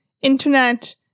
internet